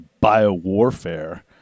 bio-warfare